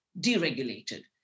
deregulated